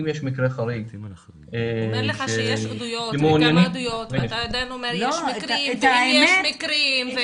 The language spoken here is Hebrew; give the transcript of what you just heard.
אומר לך שיש עדויות ואתה עדיין אומר, יש מקרים.